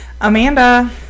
Amanda